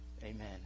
Amen